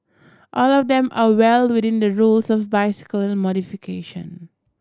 all of them are well within the rules of bicycle modification